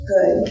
Good